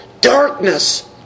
Darkness